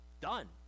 done